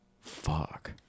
fuck